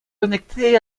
connectés